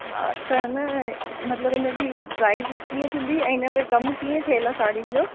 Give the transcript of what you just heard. हा त न मतिलबु इन जी प्राइज कीअं थींदी ऐं इन में कमु कीअं थियलु आहे साड़ियुनि जो